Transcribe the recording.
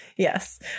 Yes